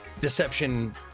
deception